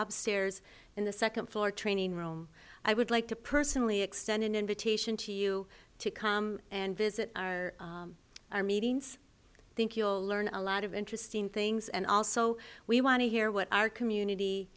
up stairs in the second floor training room i would like to personally extend an invitation to you to come and visit our meetings think you'll learn a lot of interesting things and also we want to hear what our community